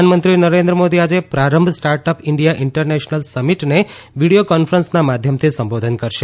પ્રધાનમંત્રી નરેન્દ્ર મોદી આજે Prarambh startup India international સમીટને વિડીયો કોન્ફરન્સના માધ્યમથી સંબોધન કરશે